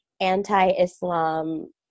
anti-Islam